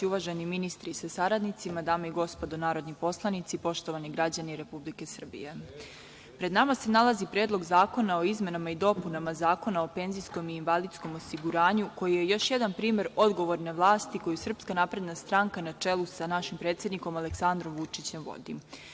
Uvaženi ministri sa saradnicima, dame i gospodo narodni poslanici, poštovani građani Republike Srbije, pred nama se nalazi Predlog zakona o izmenama i dopunama Zakona o penzijskom i invalidskom osiguranju koji je još jedan primer odgovorne vlasti koju SNS, na čelu sa našim predsednikom Aleksandrom Vučićem vodi.